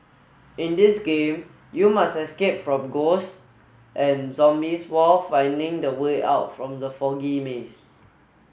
in this game you must escape from ghosts and zombies while finding the way out from the foggy maze